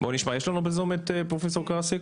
יש לנו בזום את פרופסור קארסיק?